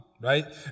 Right